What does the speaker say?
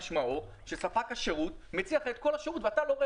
משמעו שספק השירות מציע לך את כל השירות ואתה לא רואה